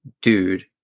dude